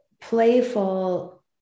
playful